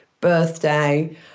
birthday